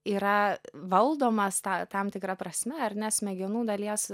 yra valdomas tą tam tikra prasme ar ne smegenų dalies